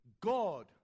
God